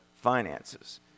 finances